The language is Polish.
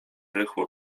rychło